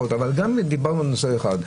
דיברנו על נושא אחד,